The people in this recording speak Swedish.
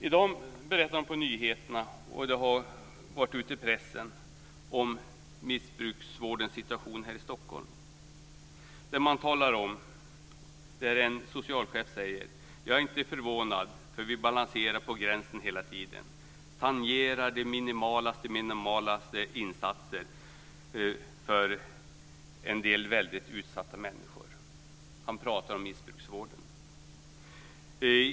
I dag berättade man på nyheterna om situationen för missbruksvården här i Stockholm, och det har skrivits om det i pressen också. En socialchef berättade att han inte var förvånad eftersom man balanserar på gränsen hela tiden. Man tangerar de minimalaste insatserna för en del väldigt utsatta människor. Han pratade om missbruksvården.